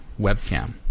webcam